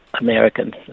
Americans